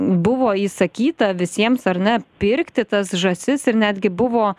buvo įsakyta visiems ar ne pirkti tas žąsis ir netgi buvo